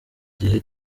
gihe